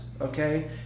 okay